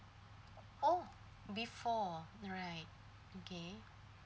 oh before ah right okay